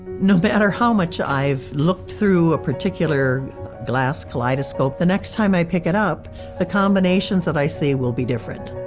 no but matter how much i've looked through a particular glass kaleidoscope, the next time i pick it up the combinations that i see will be different.